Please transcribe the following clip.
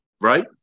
Right